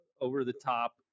over-the-top